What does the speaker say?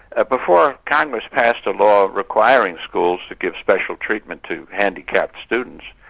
ah before congress passed a law requiring schools to give special treatment to handicapped students,